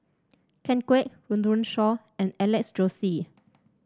Ken Kwek Run Run Shaw and Alex Josey